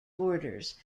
borders